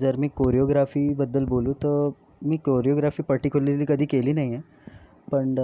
जर मी कोरिओग्राफीबद्दल बोलू तर मी कोरिओग्राफी पर्टिक्युलरली कधी केली नाही आहे पण